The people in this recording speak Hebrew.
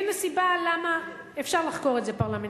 הנה סיבה למה אפשר לחקור את זה פרלמנטרית.